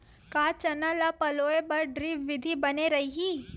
का चना ल पलोय बर ड्रिप विधी बने रही?